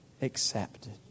Accepted